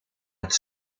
het